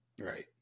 Right